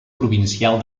provincial